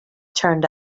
turned